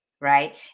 right